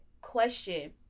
question